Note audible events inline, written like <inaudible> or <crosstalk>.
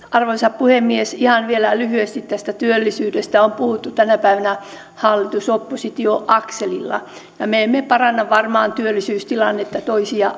<unintelligible> arvoisa puhemies ihan vielä lyhyesti tästä työllisyydestä josta on puhuttu tänä päivänä hallitus oppositio akselilla ja me emme paranna varmaan työllisyystilannetta toisia <unintelligible>